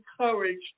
encouraged